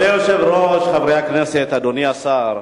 אדוני היושב-ראש, חברי הכנסת, אדוני השר,